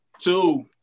two